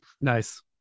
nice